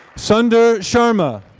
sundar sharma.